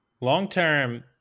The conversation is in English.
Long-term